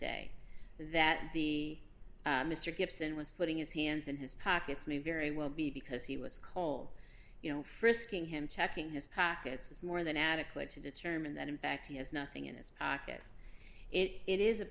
day that the mr gibson was putting his hands in his pockets may very well be because he was cold you know frisking him checking his pockets is more than adequate to determine that in fact he has nothing in his pockets it is a